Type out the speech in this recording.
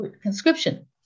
conscription